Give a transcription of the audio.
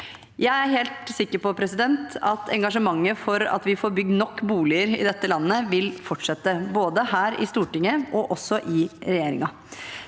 Jeg er helt sikker på at engasjementet for at vi får bygd nok boliger i dette landet, vil fortsette, både her i Stortinget og i regjeringen.